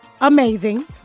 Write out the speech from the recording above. amazing